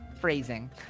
Phrasing